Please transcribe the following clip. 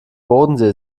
bodensee